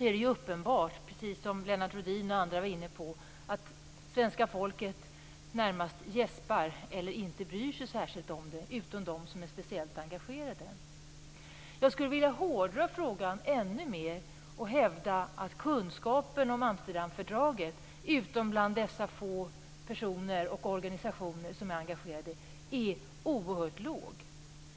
är det uppenbart, precis som Lennart Rohdin och andra varit inne på, att svenska folket - bortsett från dem som är speciellt engagerade - närmast gäspar eller inte bryr sig särskilt om detta. Jag skulle vilja hårdra frågan ännu mer och hävda att kunskapen om Amsterdamfördraget hos andra än de få personer och organisationer som är engagerade är oerhört låg.